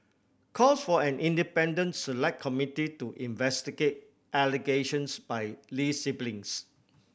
calls for an independent Select Committee to investigate allegations by Lee siblings